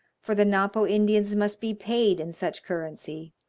for the napo indians must be paid in such currency.